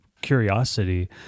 curiosity